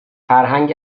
فرهنگ